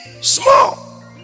small